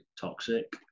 toxic